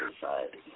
society